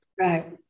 Right